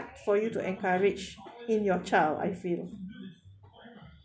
for you to encourage in your child I feel